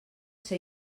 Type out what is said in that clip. ser